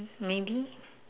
maybe